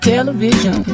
Television